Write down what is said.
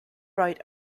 right